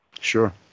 Sure